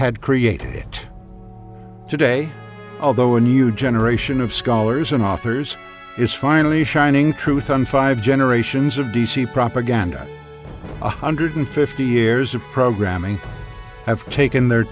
had created it today although a new generation of scholars and authors is finally shining truth on five generations of d c propaganda one hundred fifty years of programming have taken their